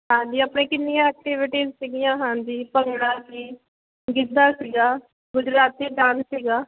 ਹਾਂਜੀ ਆਪਣੇ ਕਿੰਨੀਆਂ ਐਕਟੀਵਿਟੀ ਸੀਗੀਆਂ ਹਾਂਜੀ ਭੰਗੜਾ ਜੀ ਗਿੱਧਾ ਸੀਗਾ ਗੁਜਰਾਤੀ ਡਾਂਸ ਸੀਗਾ